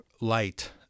light